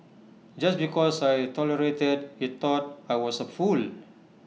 just because I tolerated he thought I was A fool